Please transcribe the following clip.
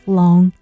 long